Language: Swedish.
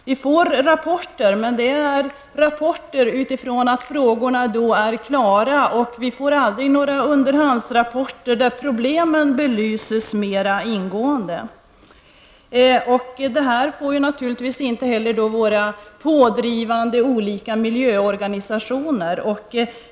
Vi får rapporter, men det är rapporter som lämnas när diskussionerna är klara; vi får aldrig några underhandsrapporter där problemen belyses mer ingående. Det får naturligtvis inte heller de pådrivande miljöorganisationerna.